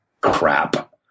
crap